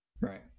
Right